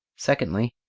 secondly,